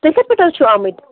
تُہۍ کَتہِ پیٚٹھ حظ چھُو آمٕتۍ